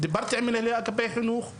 עם מנהלי אגפי החינוך,